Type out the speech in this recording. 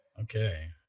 Okay